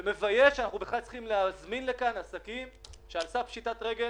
זה מבייש שאנחנו בכלל צריכים להזמין לכאן עסקים שעל סף פשיטת רגל.